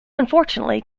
unfortunately